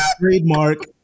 trademark